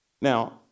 Now